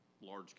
large